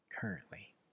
currently